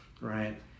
right